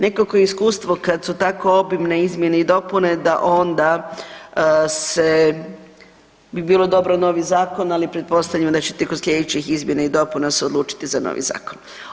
Nekakvo iskustvo kad su tako obimne izmjene i dopune da onda bi bilo dobro novi zakon, ali pretpostavljam da ćete kod sljedećih izmjena i dopuna se odlučiti za novi zakon.